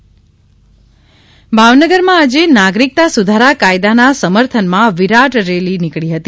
Bhavnagar CAA ભાવનગરમાં આજે નાગરીકના સુધારા કાયદાના સમર્થનમાં વિરાટ રેલી નીકળી હતી